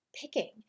picking